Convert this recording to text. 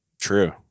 true